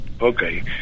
Okay